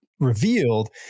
revealed